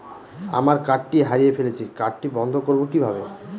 আমার কার্ডটি হারিয়ে ফেলেছি কার্ডটি বন্ধ করব কিভাবে?